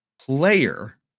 player